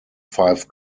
five